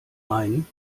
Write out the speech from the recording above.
main